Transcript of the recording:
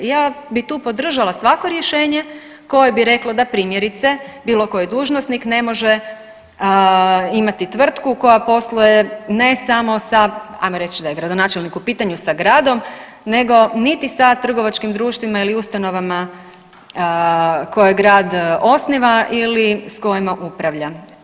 Ja bi tu podržala svako rješenje koje bi reklo da primjerice bilo koji dužnosnik ne može imati tvrtku koja posluje ne samo sa, ajmo reći da je gradonačelnik u pitanju sa gradom, nego niti sa trgovačkim društvima ili ustanovama koje grad osniva ili s kojima upravlja.